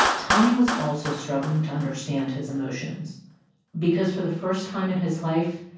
tommy was also struggling to understand his emotions because for the first time in his life,